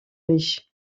riche